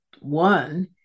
one